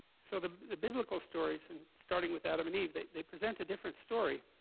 so the the biblical stories and starting with adam and eve they they present a different story